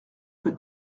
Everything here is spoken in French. que